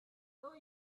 though